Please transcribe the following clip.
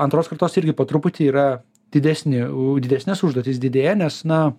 antros kartos irgi po truputį yra didesni u didesnes užduotis didėja nes na